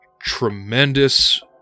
tremendous